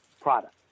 product